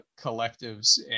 collectives